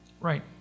Right